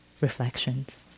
Reflections